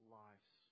lives